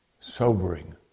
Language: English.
sobering